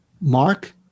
Mark